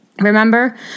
Remember